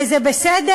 וזה בסדר.